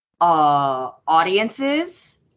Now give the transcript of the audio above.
audiences